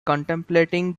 contemplating